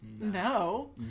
no